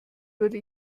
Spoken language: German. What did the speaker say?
würde